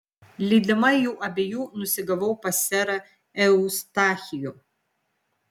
lydima jų abiejų nusigavau pas serą eustachijų